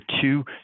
two